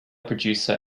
producer